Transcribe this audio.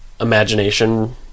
imagination